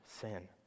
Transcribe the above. sin